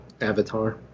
Avatar